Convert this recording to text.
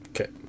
Okay